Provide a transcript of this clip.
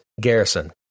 Garrison